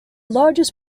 largest